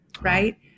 Right